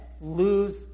lose